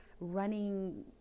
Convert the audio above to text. running